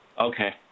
Okay